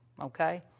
okay